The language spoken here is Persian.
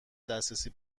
دسترسی